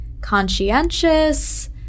conscientious